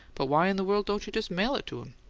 but why in the world don't you just mail it to him?